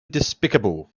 despicable